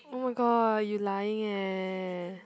oh my god you lying eh